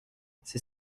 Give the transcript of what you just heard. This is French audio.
c’est